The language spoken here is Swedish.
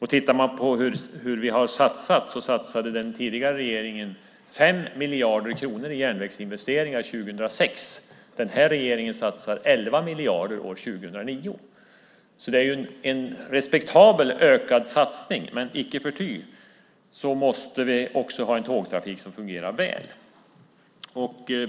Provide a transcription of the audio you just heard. Hur har vi då satsat? Den tidigare regeringen satsade 5 miljarder kronor i järnvägsinvesteringar år 2006, och den här regeringen satsar 11 miljarder år 2009. Det är en respektabelt ökad satsning, men icke förty måste vi ha en tågtrafik som fungerar väl.